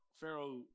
Pharaoh